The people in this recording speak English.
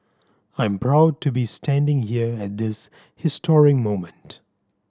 I'm proud to be standing here at this historic moment